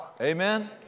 amen